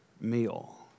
meal